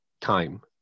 time